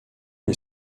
est